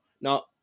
Now